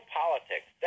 politics